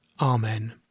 Amen